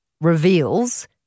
reveals